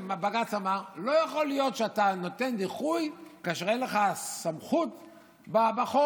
לא יכול להיות שאתה נותן דיחוי כאשר אין לך סמכות בחוק.